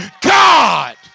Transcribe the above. God